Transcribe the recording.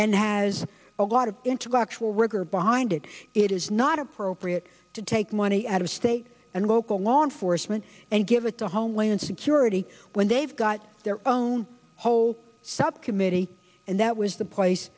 and has a lot of intellectual rigor behind it it is not appropriate to take money out of state and local law enforcement and give it to homeland security when they've got their own hole subcommittee and that was the place